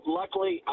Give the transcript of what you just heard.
luckily